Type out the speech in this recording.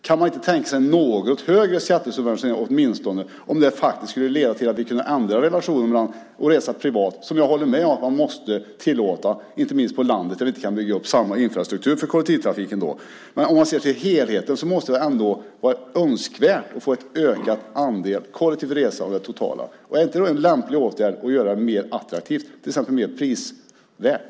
Kan man inte tänka sig en något högre skattesubventionering åtminstone, om det faktiskt skulle leda till att vi kunde ändra relationerna mellan kollektivtrafik och att resa privat, vilket jag håller med om att man måste tillåta, inte minst på landet, där vi inte kan bygga upp samma infrastruktur för kollektivtrafiken? Om man ser till helheten måste det ändå vara önskvärt att få en ökad andel kollektivt resande totalt. Är det då inte en lämplig åtgärd att göra det mer attraktivt, till exempel mer prisvärt?